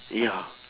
ya